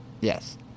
Yes